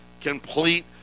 complete